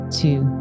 two